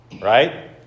right